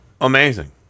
Amazing